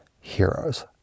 heroes